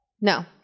No